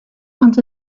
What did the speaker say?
and